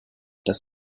das